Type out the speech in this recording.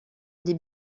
les